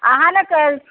अहाँ ने सर